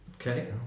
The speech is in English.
Okay